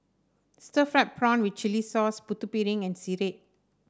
Stir Fried Prawn with Chili Sauce Putu Piring and sireh